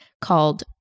called